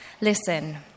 Listen